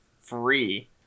free